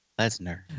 Lesnar